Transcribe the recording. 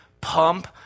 pump